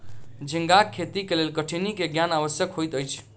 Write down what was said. झींगाक खेती के लेल कठिनी के ज्ञान आवश्यक होइत अछि